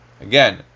Again